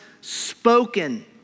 spoken